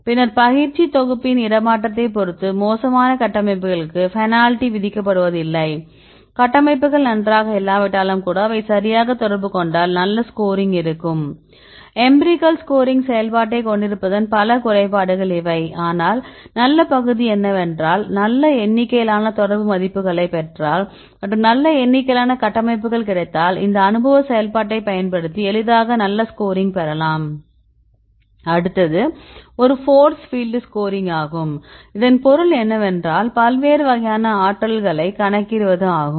பின்னர் பயிற்சித் தொகுப்பின் இடமாற்றத்தைப் பொறுத்து மோசமான கட்டமைப்புகளுக்கு பெனால்டி விதிக்கப்படுவதில்லை கட்டமைப்புகள் நன்றாக இல்லாவிட்டாலும் கூட அவை சரியாக தொடர்பு கொண்டால் நல்ல ஸ்கோரிங் இருக்கும் எம்பிரிகல் ஸ்கோரிங் செயல்பாட்டைக் கொண்டிருப்பதன் பல குறைபாடுகள் இவை ஆனால் நல்ல பகுதி என்னவென்றால் நல்ல எண்ணிக்கையிலான தொடர்பு மதிப்புகளைப் பெற்றால் மற்றும் நல்ல எண்ணிக்கையிலான கட்டமைப்புகள் கிடைத்தால் இந்த அனுபவச் செயல்பாட்டைப் பயன்படுத்தி எளிதாக நல்ல ஸ்கோரிங் பெறலாம் அடுத்தது ஒரு போர்ஸ் பீல்டு ஸ்கோரிங் ஆகும் இதன் பொருள் என்னவென்றால் பல்வேறு வகையான ஆற்றல்களைக் கணக்கிடுவது ஆகும்